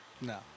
No